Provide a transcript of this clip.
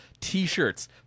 t-shirts